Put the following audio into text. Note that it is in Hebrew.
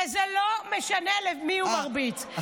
וזה לא משנה למי הוא מרביץ.